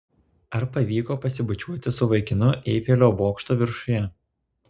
ar pavyko pasibučiuoti su vaikinu eifelio bokšto viršuje